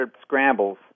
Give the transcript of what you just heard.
scrambles